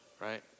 right